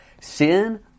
Sin